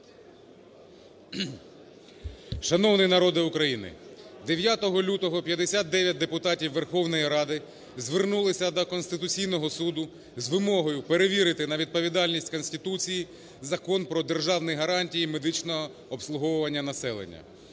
Шановний народе України! Дев'ятого лютого 59 депутатів Верховної Ради звернулися до Конституційного Суду з вимогою перевірити на відповідальність Конституції Закон про державні гарантії і медичного обслуговування населення.